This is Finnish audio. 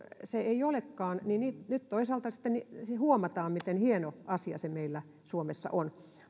sitä ei olekaan nyt toisaalta sitten huomataan miten hieno asia se meillä suomessa on